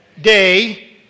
day